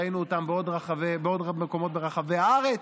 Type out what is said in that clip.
ראינו אותן בעוד מקומות ברחבי הארץ.